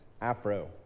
afro